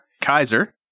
Kaiser